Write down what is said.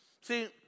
See